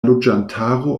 loĝantaro